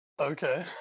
Okay